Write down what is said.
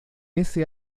ese